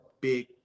big